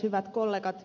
hyvät kollegat